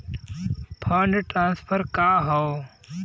Fund transfer का हव?